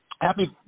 Happy